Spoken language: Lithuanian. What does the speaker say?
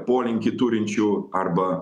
polinkį turinčių arba